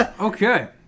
Okay